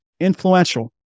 influential